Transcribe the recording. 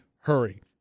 hurry